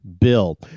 bill